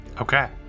Okay